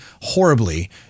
horribly